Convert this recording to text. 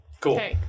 Cool